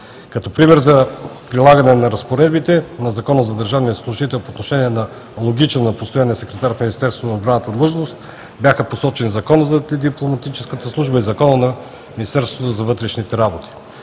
Като пример за прилагане на разпоредбите на Закона за държавния служител по отношение на аналогична на постоянния секретар в Министерството на отбраната длъжност бяха посочени Законът за дипломатическата служба и Законът за Министерството на вътрешните работи.